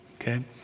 okay